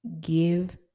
give